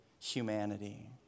humanity